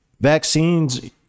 Vaccines